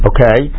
Okay